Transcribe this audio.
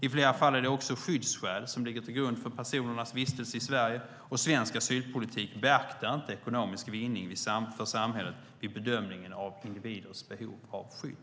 I flera fall är det också skyddsskäl som ligger till grund för personernas vistelse i Sverige, och svensk asylpolitik beaktar inte ekonomisk vinning för samhället vid bedömningen av individens behov av skydd.